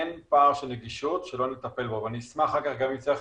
אין פער של נגישות שלא נטפל בו ואני אשמח אחר כך גם אם צריך